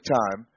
time